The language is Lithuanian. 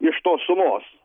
iš tos sumos